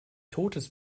totes